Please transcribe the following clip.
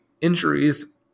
injuries